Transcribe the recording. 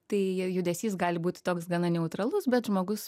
tai judesys gali būti toks gana neutralus bet žmogus